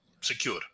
Secure